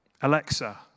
Alexa